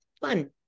Fun